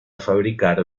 fabricar